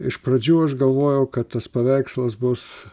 iš pradžių aš galvojau kad tas paveikslas bus